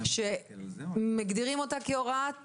שמגדירים אותה כהוראת